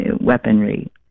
weaponry